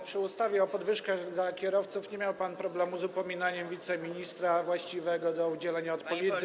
Przy ustawie o podwyżkach dla kierowców nie miał pan problemu z upominaniem wiceministra właściwego do udzielenia odpowiedzi.